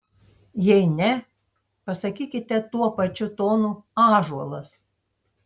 jei ne pasakykite tuo pačiu tonu ąžuolas